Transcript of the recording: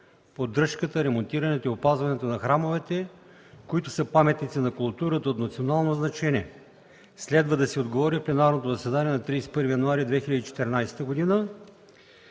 поддръжката, ремонтирането и опазването на храмовете, които са паметници на културата от национално значение. Следва да се отговори в пленарното заседание на 31 януари 2014 г.